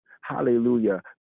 Hallelujah